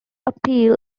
appeal